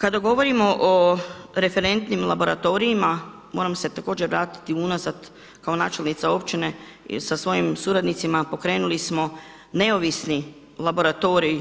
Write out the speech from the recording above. Kada govorimo o referentnim laboratorijama moram se također vratiti unazad kao načelnica općine sa svojim suradnicima pokrenuli smo neovisni laboratorij